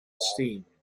steam